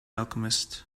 alchemist